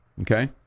okay